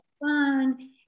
fun